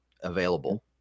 available